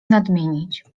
nadmienić